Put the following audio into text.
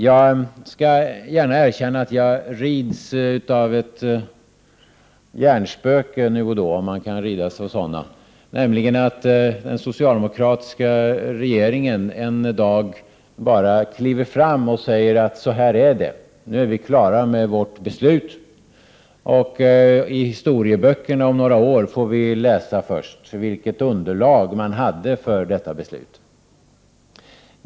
Jag skall gärna erkänna att jag rids av ett hjärnspöke då och då, om man nu kan ridas av sådana, nämligen att den socialdemokratiska regeringen en dag bara kliver fram och säger: ”Så här är det; nu är vi klara med vårt beslut” och att vi först i historieböckerna några år senare får läsa vilket underlag man hade för beslutet.